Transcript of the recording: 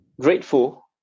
grateful